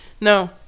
no